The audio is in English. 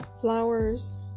flowers